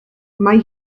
mae